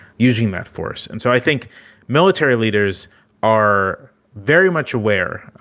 using that force. and so i think military leaders are very much aware,